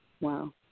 Wow